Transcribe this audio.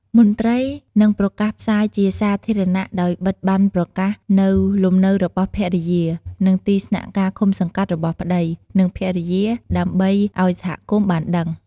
មន្ត្រីនឹងប្រកាសផ្សាយជាសាធារណៈដោយបិទប័ណ្ណប្រកាសនៅលំនៅរបស់ភរិយា និងទីស្នាក់ការឃុំសង្កាត់របស់ប្ដី និងភរិយា ដើម្បីឲ្យសហគមន៍ បានដឹង។